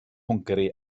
hwngari